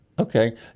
Okay